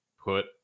put